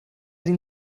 den